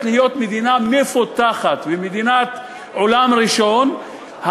להיות מדינה מפותחת ומדינת עולם ראשון,